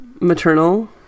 maternal